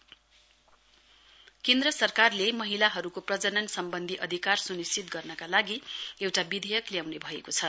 cabinet केन्द्र सरकारले महिलाहरूको प्रजनन सम्वन्धी अधिकारी स्निश्चित गर्नका लागि विधेयक ल्याउने भएको छ